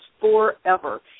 forever